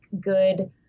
good